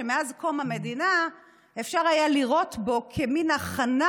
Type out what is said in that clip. מאז קום המדינה אפשר היה לראות בו מין הכנה